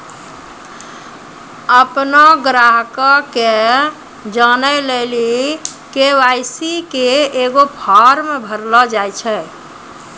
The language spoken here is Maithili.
अपनो ग्राहको के जानै लेली के.वाई.सी के एगो फार्म भरैलो जाय छै